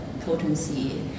potency